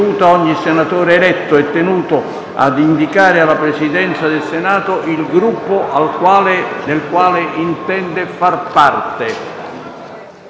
a indicare alla Presidenza del Senato il Gruppo del quale intende far parte.